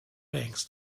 banks